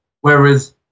whereas